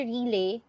Relay